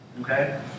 okay